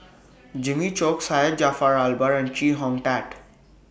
Jimmy Chok Syed Jaafar Albar and Chee Hong Tat